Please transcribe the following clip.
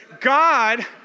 God